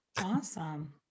Awesome